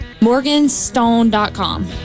Morganstone.com